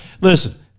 Listen